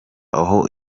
aho